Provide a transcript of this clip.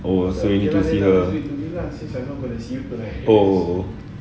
oh so you can see her oh oh